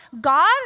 God